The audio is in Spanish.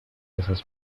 esas